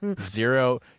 Zero